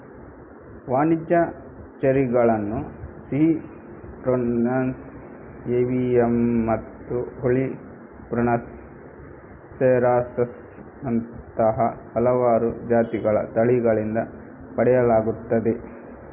ವಾಣಿಜ್ಯ ಚೆರ್ರಿಗಳನ್ನು ಸಿಹಿ ಪ್ರುನಸ್ ಏವಿಯಮ್ಮತ್ತು ಹುಳಿ ಪ್ರುನಸ್ ಸೆರಾಸಸ್ ನಂತಹ ಹಲವಾರು ಜಾತಿಗಳ ತಳಿಗಳಿಂದ ಪಡೆಯಲಾಗುತ್ತದೆ